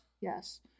yes